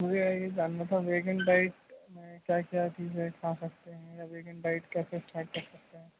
مجھے یہ جاننا تھا ویگن ڈائٹ میں کیا کیا چیزیں کھا سکتے ہیں یا ویگن ڈائٹ کیسے اسٹارٹ کر سکتے ہیں